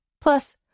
Plus